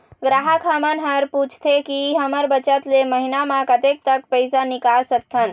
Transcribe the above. ग्राहक हमन हर पूछथें की हमर बचत ले महीना मा कतेक तक पैसा निकाल सकथन?